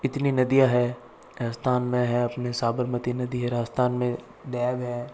इतनी नदियाँ हैं राजस्थान में है अपने साबरमती नदी है राजस्थान में डैम है